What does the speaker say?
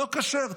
לא כשר,